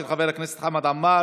של חבר הכנסת חמד עמאר